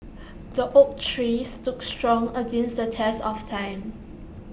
the oak tree stood strong against the test of time